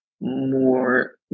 more